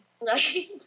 Right